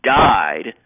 died